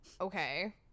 Okay